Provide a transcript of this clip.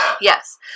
Yes